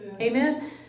Amen